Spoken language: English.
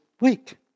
weak